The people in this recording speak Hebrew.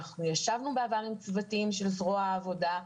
ישבנו בעבר עם צוותים של זרוע העבודה.